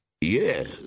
Yes